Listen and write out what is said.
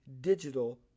digital